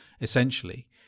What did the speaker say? essentially